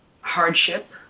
hardship